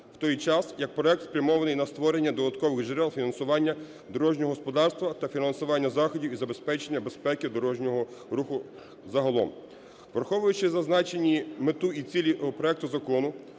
в той час як проект спрямований на створення додаткових джерел фінансування дорожнього господарства та фінансування заходів із забезпечення безпеки дорожнього руху загалом. Враховуючи зазначені мету і цілі проекту закону